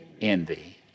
Envy